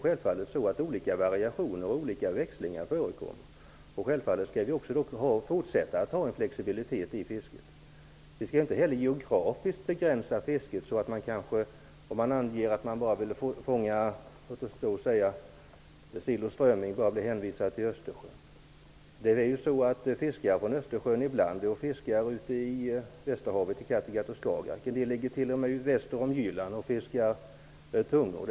Olika variationer och olika växlingar förekommer självfallet. Denna flexibilitet skall finnas kvar i fisket. Vi skall inte heller geografiskt begränsa fisket. Den som anger att han vill fånga sill och strömming skall inte bara hänvisas till Östersjön. Fiskare från Östersjön fiskar ibland i Västerhavet -- i Kattegatt och Skagerrak. En del ligger t.o.m. väster om Jylland och fiskar tungor.